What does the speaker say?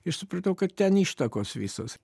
ir supratau kad ten ištakos visos